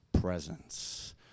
presence